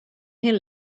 here